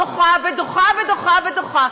דוחה ודוחה ודוחה ודוחה.